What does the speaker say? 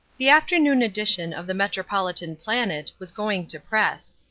the afternoon edition of the metropolitan planet was going to press.